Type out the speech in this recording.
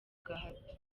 gahato